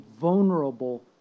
vulnerable